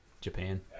Japan